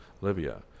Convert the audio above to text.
Libya